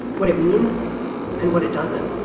what it means and what it doesn't.